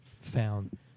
found